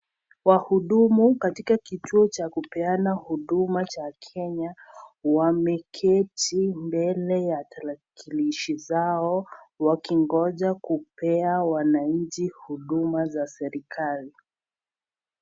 Wahudumu katika kituo cha kupeana huduma cha Kenya wameketi mbele ya tarakilishi zao wakingoja kupea wananchi huduma za serikali.